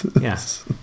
yes